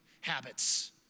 habits